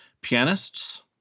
pianists